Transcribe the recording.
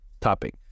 topic